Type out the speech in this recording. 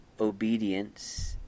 obedience